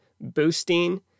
boosting